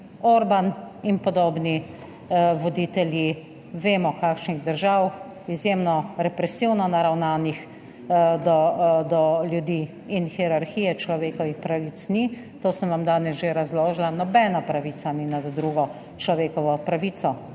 Orbán in podobni voditelji, vemo kakšnih držav – izjemno represivno naravnanih do ljudi. In hierarhije človekovih pravic ni, to sem vam danes že razložila, nobena pravica ni nad drugo človekovo pravico,